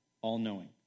all-knowing